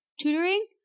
tutoring